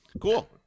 cool